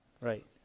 Right